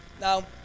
now